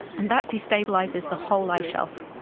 and that destabilises the whole ice shelf.